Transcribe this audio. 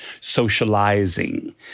socializing